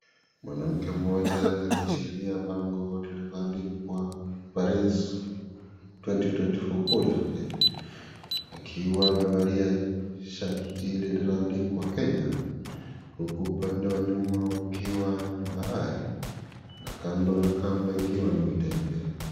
Mwanamke mmoja aliyeshikilia bango limeandikwa Paris 2024 qualified , akiwa amevalia shati lililoandikwa Kenya. Huku upande wa nyuma ukiwa ni bahari na kando na kando ikiwa ni mitende.